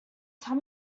tell